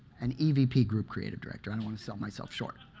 an evp group creative director. i don't want to sell myself short.